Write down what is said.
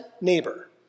neighbor